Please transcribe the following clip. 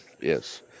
yes